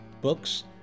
books